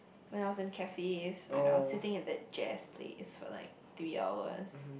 when I was in cafes when I was sitting in that jazz place for like three hours